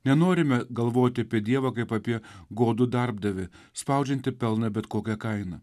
nenorime galvoti apie dievą kaip apie godų darbdavį spaudžiantį pelną bet kokia kaina